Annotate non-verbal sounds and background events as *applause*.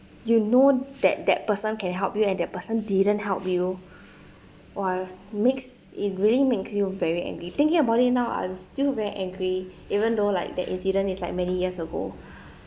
you know that that person can help you and that person didn't help you !wah! makes it really makes you very angry thinking about it now I'm still very angry even though like that incident is like many years ago *breath*